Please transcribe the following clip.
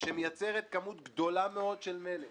מייצרת כמות גדולה מאוד של מלט